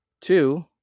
two